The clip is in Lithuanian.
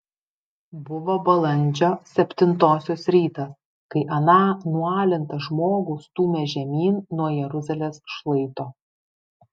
buvo balandžio septintosios rytas kai aną nualintą žmogų stūmė žemyn nuo jeruzalės šlaito